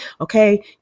okay